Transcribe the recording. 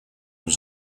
was